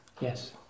Yes